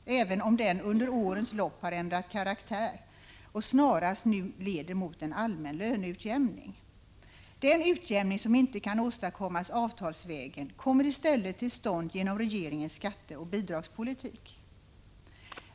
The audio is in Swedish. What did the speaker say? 1985/86:108 årens lopp har ändrat karaktär och nu snarast leder mot en allmän löneutjämning. Den utjämning som inte kan åstadkommas avtalsvägen kommer nu i stället till stånd genom regeringens skatteoch bidragspolitik.